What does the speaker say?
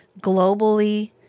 globally